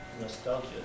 nostalgia